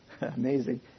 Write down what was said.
Amazing